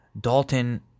Dalton